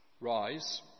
Rise